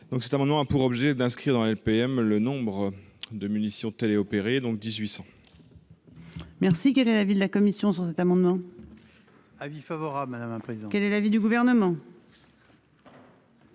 cet amendement a pour objet d'inscrire dans la LPM, le nombre de munitions télé-opérées donc 1800.